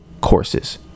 courses